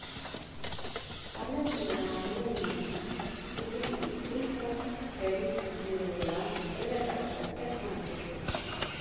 ಸಾಲದ್ ವಿವರ ಆನ್ಲೈನ್ಯಾಗ ಸಿಬಿಲ್ ಇಕ್ವಿಫ್ಯಾಕ್ಸ್ ಕ್ರೆಡಿಟ್ ಬ್ಯುರೋಗಳ ಸೇವೆದಾಗ ಚೆಕ್ ಮಾಡಬೋದು